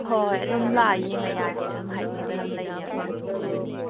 ꯍꯣꯏ ꯍꯣꯏ ꯑꯗꯨꯝ ꯂꯥꯛꯑ ꯌꯦꯡꯉ ꯌꯥꯅꯦꯁꯨ ꯑꯗꯨꯝ ꯍꯥꯏꯗꯤ ꯌꯦꯡꯗꯅ ꯑꯗꯨꯝ ꯂꯩꯅꯤ ꯁꯤꯗꯩꯕꯨꯗꯤ